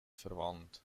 verwandt